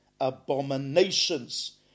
abominations